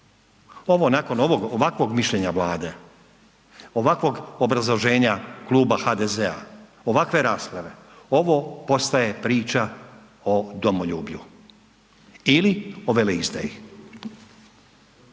ovo nakon ovakvog mišljenja Vlade, ovakvog obrazloženja kluba HDZ-a, ovakve rasprave, ovo postaje priča o domoljublju ili o veleizdaji.